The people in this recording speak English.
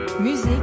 musique